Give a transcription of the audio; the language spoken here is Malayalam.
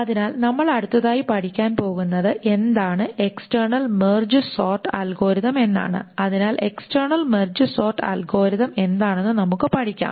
അതിനാൽ നമ്മൾ അടുത്തതായി പഠിക്കാൻ പോകുന്നത് എന്താണ് എക്സ്ടെർണൽ മെർജ് സോർട്ട് അൽഗോരിതം എന്നാണ് അതിനാൽ എക്സ്ടെർണൽ മെർജ് സോർട്ട് അൽഗോരിതം എന്താണെന്ന് നമുക്ക് പഠിക്കാം